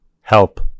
help